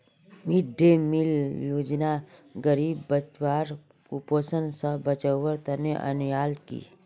mid day meal योजना गरीब बच्चाक कुपोषण स बचव्वार तने अन्याल कि